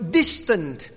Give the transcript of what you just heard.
distant